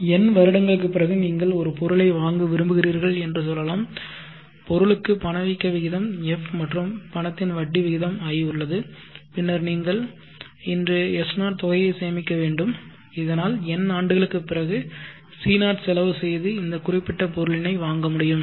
N வருடங்களுக்குப் பிறகு நீங்கள் ஒரு பொருளை வாங்க விரும்புகிறீர்கள் என்று சொல்லலாம் பொருளுக்கு பணவீக்க விகிதம் f மற்றும் பணத்தின் வட்டி விகிதம் i உள்ளது பின்னர் நீங்கள் இன்று S0 தொகையை சேமிக்க வேண்டும் இதனால் n ஆண்டுகளுக்குப் பிறகு C0 செலவு செய்து இந்த குறிப்பிட்ட பொருளினை வாங்க முடியும்